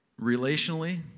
Relationally